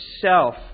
self